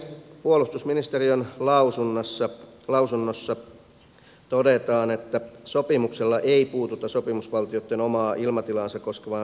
puolustusministeriön lausunnossa todetaan että sopimuksella ei puututa sopimusvaltioitten omaa ilmatilaansa koskevaan itsemääräämisoikeuteen